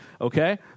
Okay